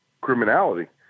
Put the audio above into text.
criminality